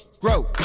grow